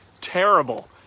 terrible